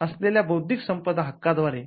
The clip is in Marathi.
असलेल्या बौद्धिक संपदा हक्कांद्वारे सुरक्षित केले जाऊ शकते